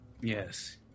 Yes